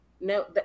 no